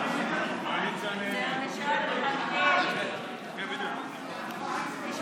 הצעת חוק הביטוח הלאומי (תיקון,